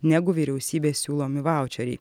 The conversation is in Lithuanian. negu vyriausybės siūlomi vaučeriai